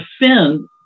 defend